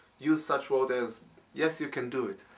use such words as yes, you can do it.